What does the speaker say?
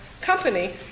company